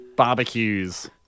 Barbecues